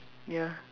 ya